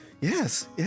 Yes